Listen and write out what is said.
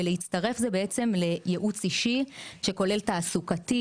ולהצטרף זה בעצם לייעוץ אישי שכולל תעסוקתי,